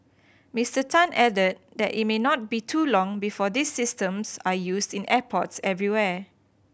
Mister Tan added that it may not be too long before these systems are used in airports everywhere